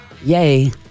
Yay